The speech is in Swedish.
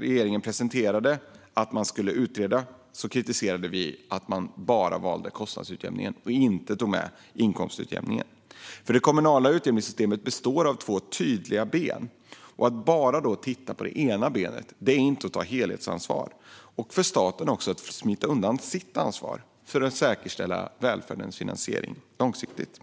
regeringen meddelade att man skulle utreda kritiserade vi att man bara valde kostnadsutjämningen och inte tog med inkomstutjämningen. Det kommunala utjämningssystemet består nämligen av två tydliga ben. Att då bara titta på det ena är inte att ta helhetsansvar, och för staten är det att smita undan sitt ansvar för att säkerställa välfärdens finansiering långsiktigt.